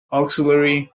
auxiliary